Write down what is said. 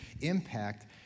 impact